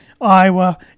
Iowa